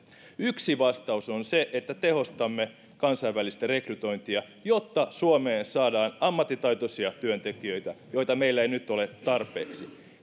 yksi vastaus on se että tehostamme kansainvälistä rekrytointia jotta suomeen saadaan ammattitaitoisia työntekijöitä joita meillä ei nyt ole tarpeeksi